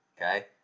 okay